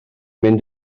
mynd